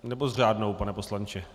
Nebo řádnou, pane poslanče?